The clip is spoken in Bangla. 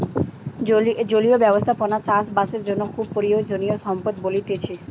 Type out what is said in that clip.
জলীয় ব্যবস্থাপনা চাষ বাসের জন্য খুবই প্রয়োজনীয় সম্পদ বলতিছে